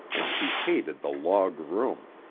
and she hated the log room,